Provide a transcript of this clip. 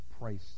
price